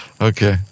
Okay